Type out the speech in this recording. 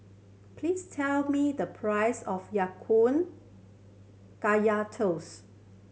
please tell me the price of Ya Kun Kaya Toast